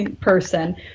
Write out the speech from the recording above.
person